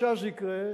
ומה שאז יקרה,